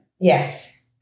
Yes